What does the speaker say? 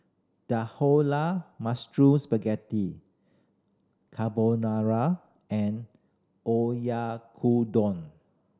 Dhokla Spaghetti Carbonara and Oyakodon